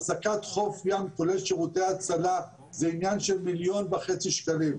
אחזקת חוף ים כולל שירותי הצלה זה עניין של מיליון וחצי שקלים.